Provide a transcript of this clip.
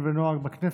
מקריא.